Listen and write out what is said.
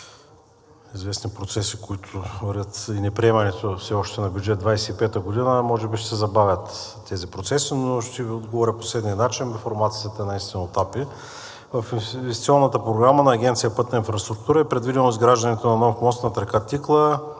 известни процеси, които вървят, и неприемането все още на бюджет 2025 г. може би ще се забавят тези процеси, но ще Ви отговоря по следния начин: информацията е наистина от АПИ. В инвестиционната програма на Агенция „Пътна инфраструктура“ е предвидено изграждането на нов мост над река Тикла